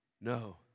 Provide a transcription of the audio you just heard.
No